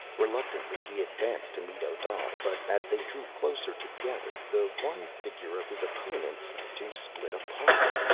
reluctantly, he advanced to meet odal. but as they drew closer together, the one figure of his opponent seemed to split apart.